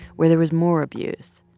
where there was more abuse.